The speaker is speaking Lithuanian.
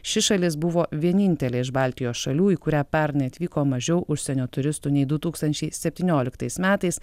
ši šalis buvo vienintelė iš baltijos šalių į kurią pernai atvyko mažiau užsienio turistų nei du tūkstančiai septynioliktais metais